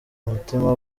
umutima